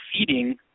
feeding